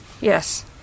Yes